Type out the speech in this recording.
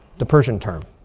the persian term.